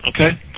okay